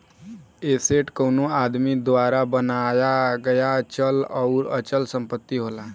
asset कउनो आदमी द्वारा बनाया गया चल आउर अचल संपत्ति होला